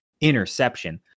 interception